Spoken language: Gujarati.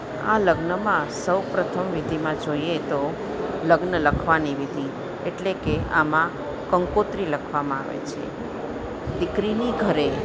આ લગ્નમાં સૌપ્રથમ વિધિમાં જોઈએ તો લગ્ન લખવાની વિધિ એટલે કે આમાં કંકોત્રી લખવામાં આવે છે દીકરીને ઘરે